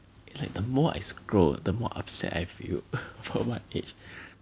like the more I scrolled the more upset I feel about my age